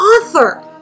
author